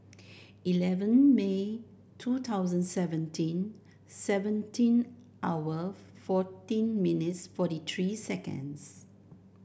eleven May two thousand and seventeen seventeen hour fourteen minutes forty three seconds